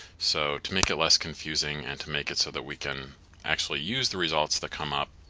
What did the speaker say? so, to make it less confusing and to make it so that we can actually use the results that come up,